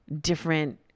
different